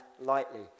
lightly